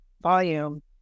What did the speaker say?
volume